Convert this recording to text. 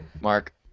Mark